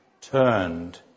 turned